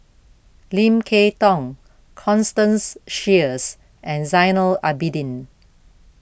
Lim Kay Tong Constance Sheares and Zainal Abidin